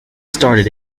started